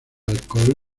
alcohol